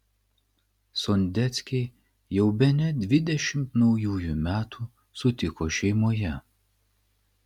sondeckiai jau bene dvidešimt naujųjų metų sutiko šeimoje